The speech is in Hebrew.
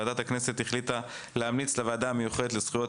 ועדת הכנסת החליטה להמליץ לוועדה המיוחדת לזכויות